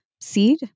seed